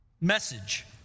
message